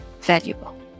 valuable